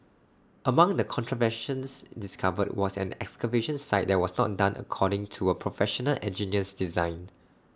among the contraventions discovered was an excavation site that was not done according to A Professional Engineer's design